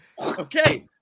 Okay